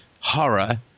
horror